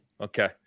okay